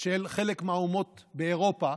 של חלק מהאומות באירופה,